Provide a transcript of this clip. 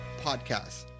podcast